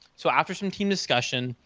so after some team discussion,